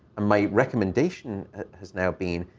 and my recommendation has now been,